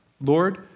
Lord